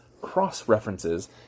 cross-references